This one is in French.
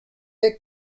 est